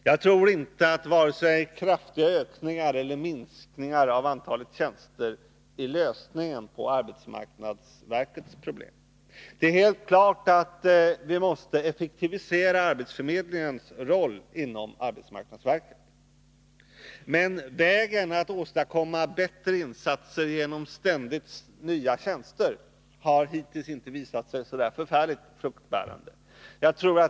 Jag tror inte att vare sig kraftiga ökningar eller minskningar av antalet tjänster är lösningen på arbetsmarknadsverkets problem. Helt klart är emellertid att vi måste effektivisera arbetsförmedlingens roll inom arbetsmarknadsverket. Metoden att åstadkomma bättre insatser genom ständigt nya tjänster har hittills inte visat sig så förfärligt fruktbärande.